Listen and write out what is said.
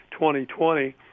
2020